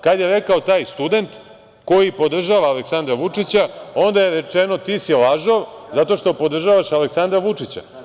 Kada je rekao taj student koji podržava Aleksandra Vučića onda je rečeno – ti si lažov zato što podržavaš Aleksandra Vučića.